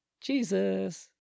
Jesus